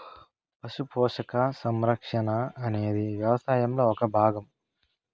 పశు పోషణ, సంరక్షణ అనేది వ్యవసాయంలో ఒక భాగం